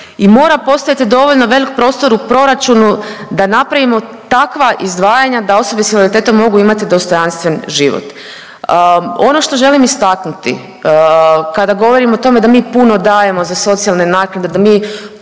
i mora postojati dovoljno velik prostor u proračunu da napravimo takva izdvajanja da osobe s invaliditetom mogu imati dostojanstven život. Ono što želim istaknuti kada govorimo o tome da mi puno dajemo za socijalne naknade, da mi